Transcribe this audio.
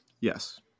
yes